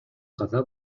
каза